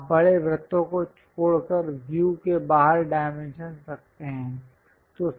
आप बड़े वृत्तों को छोड़कर व्यू के बाहर डाइमेंशंस रखते हैं